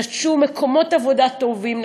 נטשו מקומות עבודה טובים,